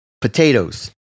potatoes